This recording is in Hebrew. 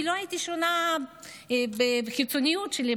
כי לא הייתי שונה בחיצוניות שלי,